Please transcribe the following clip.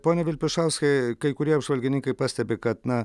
pone vilpišauskai kai kurie apžvalgininkai pastebi kad na